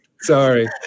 Sorry